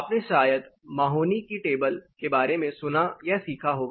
आपने शायद महोनी की टेबल Mahoneys tables के बारे में सुना या सीखा होगा